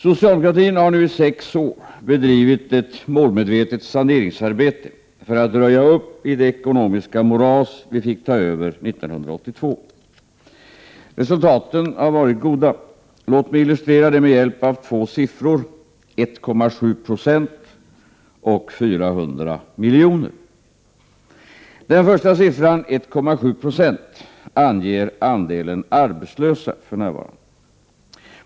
Socialdemokratin har nu i sex år bedrivit ett målmedvetet saneringsarbete för att röja upp i det ekonomiska moras vi fick ta över 1982. Resultaten har varit goda. Låt mig illustrera det med hjälp av två siffror: 1,7 20 och 400 miljoner. Den första siffran — 1,7 20 — anger andelen för närvarande arbetslösa.